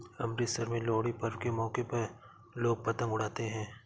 अमृतसर में लोहड़ी पर्व के मौके पर लोग पतंग उड़ाते है